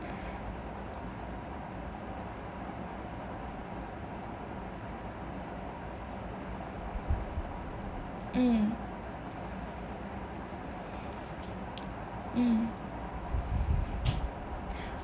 mm mm